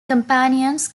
companions